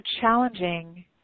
challenging